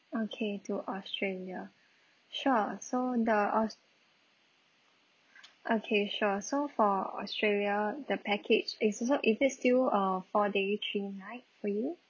okay to australia sure so the aus~ okay sure so for australia the package it is not is they still err four day three night for you